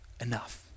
enough